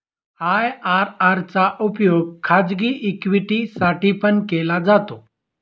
IRR चा उपयोग खाजगी इक्विटी साठी पण केला जातो